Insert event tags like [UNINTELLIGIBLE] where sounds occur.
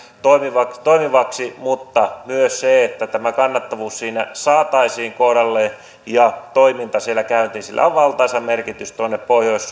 toimivaksi toimivaksi mutta myös että tämä kannattavuus siinä saataisiin kohdalleen ja toiminta siellä käyntiin sillä on valtaisa merkitys pohjois [UNINTELLIGIBLE]